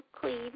clean